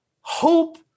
hope